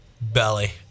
Belly